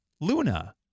Luna